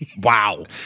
wow